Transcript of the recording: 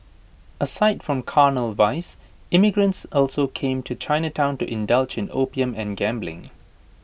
aside from carnal vice immigrants also came to Chinatown to indulge in opium and gambling